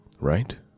Right